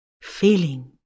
feeling